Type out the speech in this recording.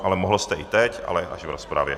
Ale mohl jste i teď, ale až v rozpravě.